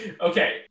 Okay